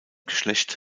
geschlecht